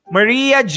Maria